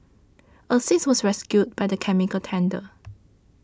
a sixth was rescued by the chemical tanker